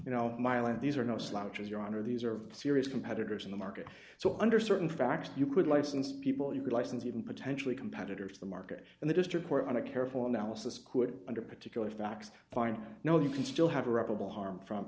you know my line these are no slouches your honor these are serious competitors in the market so under certain facts you could license people you could license even potentially competitors the market and the district court on a careful analysis could under particular facts find no you can still have a reputable harm from